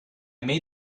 made